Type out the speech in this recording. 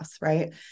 right